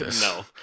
No